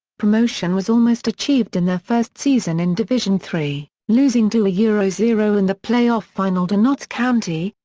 promotion was almost achieved in their first season in division three, losing two yeah zero zero in the play-off final to notts county,